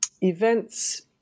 events